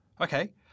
Okay